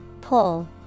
Pull